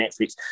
netflix